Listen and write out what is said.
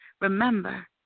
remember